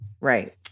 Right